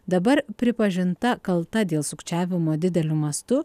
dabar pripažinta kalta dėl sukčiavimo dideliu mastu